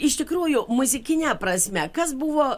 iš tikrųjų muzikine prasme kas buvo